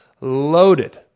Loaded